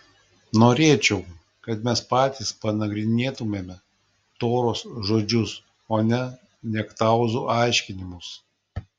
norėčiau kad mes patys panagrinėtumėme toros žodžius o ne niektauzų aiškinimus